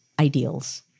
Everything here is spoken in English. ideals